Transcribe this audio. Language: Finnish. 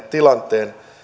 tilanteen